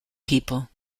people